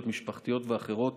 התוכנית